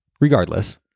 Regardless